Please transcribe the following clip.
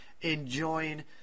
enjoying